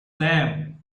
lamp